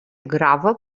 gravă